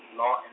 law